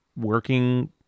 working